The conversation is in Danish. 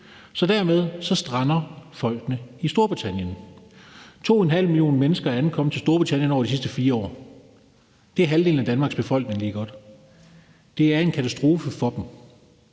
Dermed strander folkene i Storbritannien. 2,5 millioner mennesker er ankommet til Storbritannien over de sidste 4 år. Det er lige godt halvdelen af Danmarks befolkning. Det er en katastrofe for dem.